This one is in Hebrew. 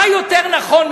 מה יותר נכון,